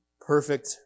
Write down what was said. perfect